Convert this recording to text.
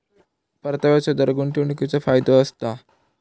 परताव्याचो दर गुंतवणीकीचो फायदो असता